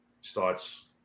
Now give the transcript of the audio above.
starts